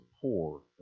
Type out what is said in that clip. poor